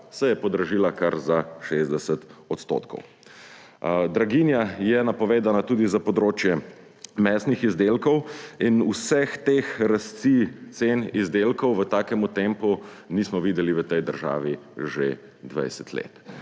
se je podražila kar za 60 %. Draginja je napovedana tudi za področje mesnih izdelkov. In vseh teh rasti cen izdelkov v takem tempu nismo videli v tej državi že 20 let.